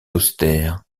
austère